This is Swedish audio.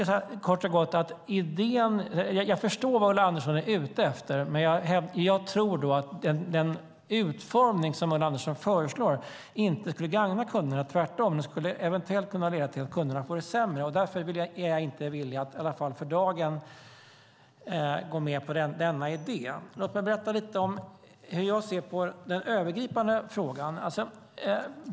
Jag förstår vad Ulla Andersson är ute efter, men jag tror att den utformning som Ulla Andersson föreslår inte skulle gagna kunderna. Tvärtom skulle det eventuellt kunna leda till att kunderna får det sämre. Därför är jag inte villig att i alla fall för dagen gå med denna idé. Låt mig berätta lite om hur jag ser på den övergripande frågan.